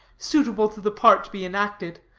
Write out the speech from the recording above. suitable to the part to be enacted,